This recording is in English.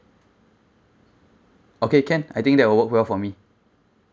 okay can I think that will work well for me